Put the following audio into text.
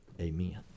Amen